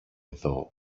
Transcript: εδώ